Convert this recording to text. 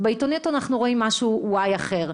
בעיתונות אנחנו רואים משהו אחר.